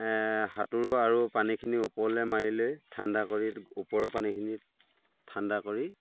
সাঁতোৰো আৰু পানীখিনিও ওপৰলৈ মাৰি লৈ ঠাণ্ডা কৰি ওপৰৰ পানীখিনিত ঠাণ্ডা কৰি